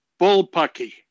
bullpucky